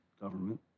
government